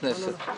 בכנסת.